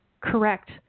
correct